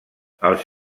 els